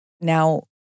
now